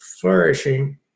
flourishing